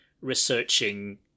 researching